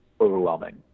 overwhelming